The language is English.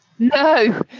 No